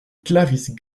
clarice